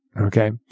okay